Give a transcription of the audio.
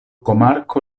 komarko